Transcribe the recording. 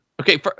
Okay